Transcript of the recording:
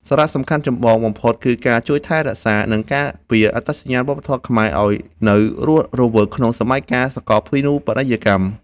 សារៈសំខាន់ចម្បងបំផុតគឺការជួយថែរក្សា និងការពារអត្តសញ្ញាណវប្បធម៌ខ្មែរឱ្យនៅរស់រវើកក្នុងសម័យកាលសកលភាវូបនីយកម្ម។